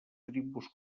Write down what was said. tribus